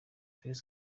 félix